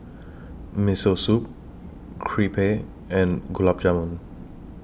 Miso Soup Crepe and Gulab Jamun